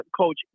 coach